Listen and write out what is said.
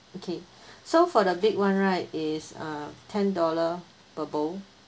okay so for the big one right is a ten dollar per bowl